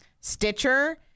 Stitcher